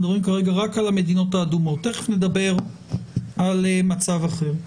אנחנו מדברים כרגע רק על המדינות האדומות ותכף נדבר על מצב אחר.